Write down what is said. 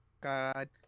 God